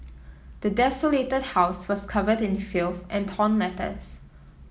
the desolated house was covered in filth and torn letters